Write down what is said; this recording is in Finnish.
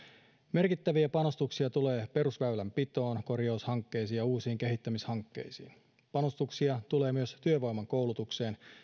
merkittäviä panostuksia tulee perusväylänpitoon korjaushankkeisiin ja uusiin kehittämishankkeisiin panostuksia tulee myös työvoiman koulutukseen